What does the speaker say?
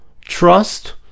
trust